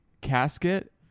casket